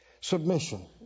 submission